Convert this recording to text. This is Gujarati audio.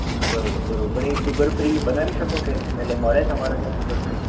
હં હં બરોબર બરોબર પણ એને સુગર ફ્રી બનાવી શકો કે એટલે મળે તમારે ત્યાં સુગર ફ્રી